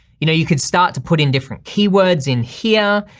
you know, you could start to put in different keywords in here,